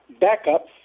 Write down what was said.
backup